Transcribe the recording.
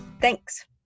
Thanks